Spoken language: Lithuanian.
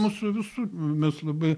mūsų visų mes labai